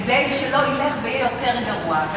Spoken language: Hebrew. כדי שלא ילך ויהיה יותר גרוע,